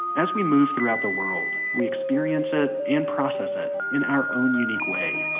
as we move through the world, we experience it and process it in our own unique way